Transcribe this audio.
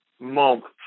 moments